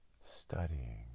studying